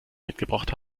mitgebracht